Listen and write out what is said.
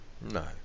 no